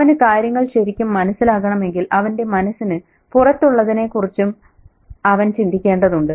അവന് കാര്യങ്ങൾ ശരിക്കും മനസിലാകണമെങ്കിൽ അവന്റെ മനസ്സിന് പുറത്തുള്ളതിനെക്കുറിച്ചും അവൻ ചിന്തിക്കേണ്ടതുണ്ട്